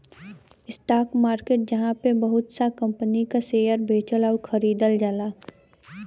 stock market जहाँ पे बहुत सा कंपनी क शेयर बेचल आउर खरीदल जाला